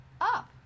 up